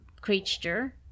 creature